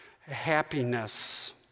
happiness